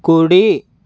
కుడి